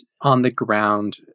on-the-ground